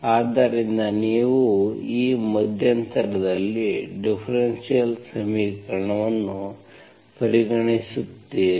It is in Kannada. ಆದ್ದರಿಂದ ನೀವು ಈ ಮಧ್ಯಂತರದಲ್ಲಿ ಡಿಫರೆನ್ಷಿಯಲ್ ಸಮೀಕರಣವನ್ನು ಪರಿಗಣಿಸುತ್ತೀರಿ